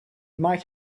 might